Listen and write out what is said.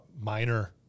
minor